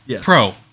pro